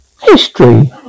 History